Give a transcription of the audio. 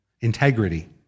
integrity